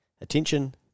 attention